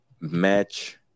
match